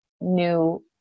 new